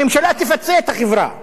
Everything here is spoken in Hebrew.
הממשלה תפצה את החברה,